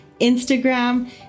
Instagram